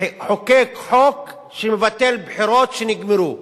שחוקק חוק שמבטל בחירות שנגמרו.